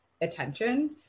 attention